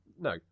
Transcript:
No